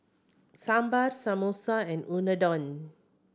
Sambar Samosa and Unadon